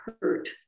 hurt